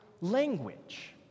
language